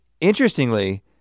interestingly